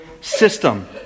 system